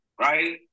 right